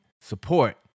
support